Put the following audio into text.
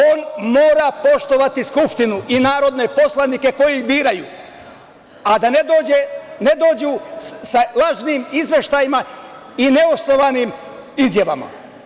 On mora poštovati Skupštinu i narodne poslanike koji ih biraju, a ne da dođu sa lažnim izveštajima i neosnovanim izjavama.